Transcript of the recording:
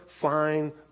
fine